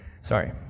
Sorry